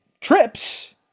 trips